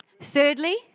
Thirdly